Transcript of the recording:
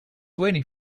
waiting